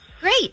Great